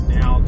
Now